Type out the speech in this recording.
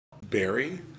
Barry